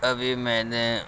ابھی میں نے